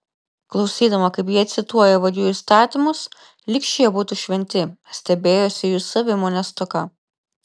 klausydama kaip jie cituoja vagių įstatymus lyg šie būtų šventi stebėjosi jų savimonės stoka